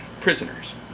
prisoners